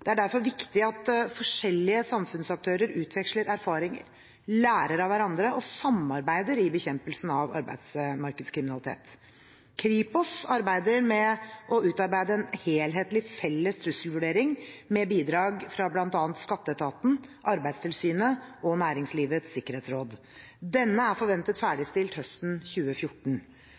Det er derfor viktig at forskjellige samfunnsaktører utveksler erfaringer, lærer av hverandre og samarbeider i bekjempelsen av arbeidsmarkedskriminalitet. Kripos arbeider med å utarbeide en helhetlig felles trusselvurdering med bidrag fra bl.a. skatteetaten, Arbeidstilsynet og Næringslivets sikkerhetsråd. Denne er forventet ferdigstilt høsten 2014.